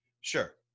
Sure